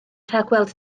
rhagweld